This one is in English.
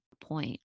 point